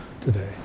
today